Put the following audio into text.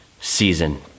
season